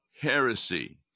heresy